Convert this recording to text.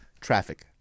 traffic